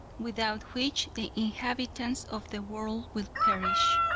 without which the inhabitants of the world would perish.